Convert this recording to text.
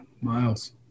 Miles